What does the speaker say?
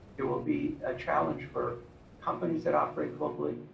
it will be a challenge for companies that operate globally.